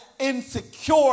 insecure